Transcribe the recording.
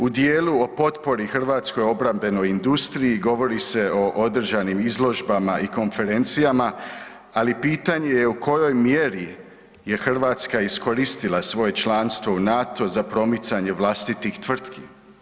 U dijelu o potpori hrvatskoj obrambenoj industriji govori se o održanim izložbama i konferencijama, ali pitanje je u kojoj mjeri je Hrvatska iskoristila svoje članstvo u NATO za promicanje vlastitih tvrtki.